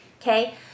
okay